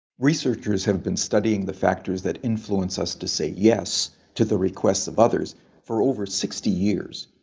researchers have been studying the factors that influence us to say yes to the request of others for over sixty years.